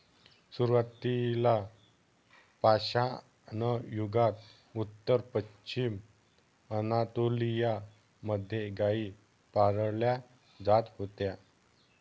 सुरुवातीला पाषाणयुगात उत्तर पश्चिमी अनातोलिया मध्ये गाई पाळल्या जात होत्या